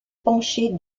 penchée